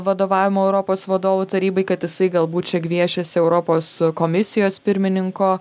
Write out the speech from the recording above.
vadovavimo europos vadovų tarybai kad jisai galbūt čia gviešėsi europos komisijos pirmininko